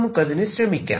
നമുക്കതിനു ശ്രമിക്കാം